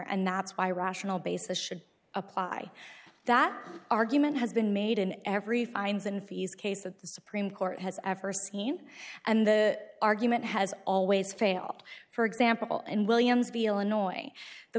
and that's why rational basis should apply that argument has been made in every fines and fees case that the supreme court has ever seen and the argument has always failed for example and williams be illinois the